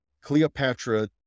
Cleopatra